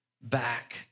back